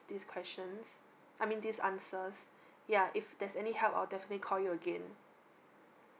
these questions I mean these answers yeah if there's any help I'll definitely call you again